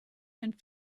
and